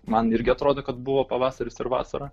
man irgi atrodo kad buvo pavasaris ir vasara